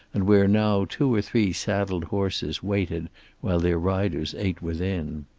and where now two or three saddled horses waited while their riders ate within.